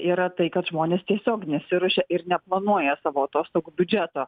yra tai kad žmonės tiesiog nesiruošia ir neplanuoja savo atostogų biudžeto